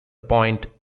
point